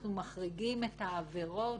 אנחנו מחריגים את העבירות